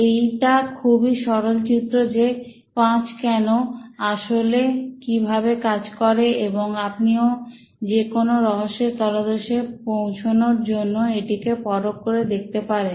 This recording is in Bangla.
এটা খুবই সরল চিত্র যে 5 কেন আসলে কিভাবে কাজ করে এবং আপনিও যে কোনো রহস্যের তলদেশে পৌঁছানোর জন্য এটিকে পরখ করে দেখতে পারেন